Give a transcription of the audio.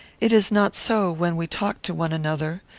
it is not so when we talk to one another.